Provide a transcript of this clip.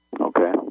okay